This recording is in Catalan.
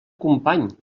company